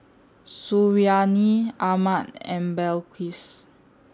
Suriani Ahmad and Balqis